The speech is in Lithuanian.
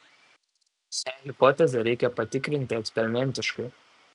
šią hipotezę reikia patikrinti eksperimentiškai